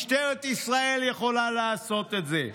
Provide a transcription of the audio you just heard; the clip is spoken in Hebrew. משטרת ישראל יכולה לעשות את זה.